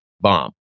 bomb